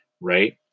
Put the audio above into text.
right